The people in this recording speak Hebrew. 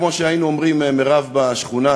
כמו שהיינו אומרים, מירב, בשכונה.